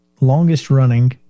longest-running